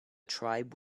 tribe